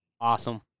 awesome